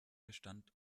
bestand